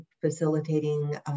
facilitating